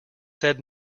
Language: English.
said